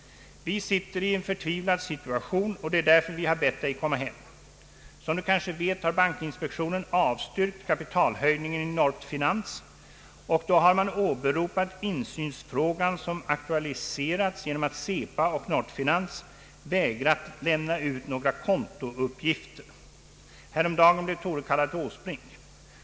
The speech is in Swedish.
— Vi sitter i en förtvivlad situation och det är därför vi har bett Dej komma hem. Som Du kanske vet har Bankinspektionen avstyrkt kapitalhöjningen i Nordfinanz. Och då har man åberopat insynsfrågan som aktualiserats genom att Cepa och Nordfinanz vägrat lämna ut några kontouppgifter. Häromdagen blev Tore kallad till Åsbrink.